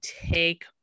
take